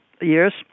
years